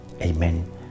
Amen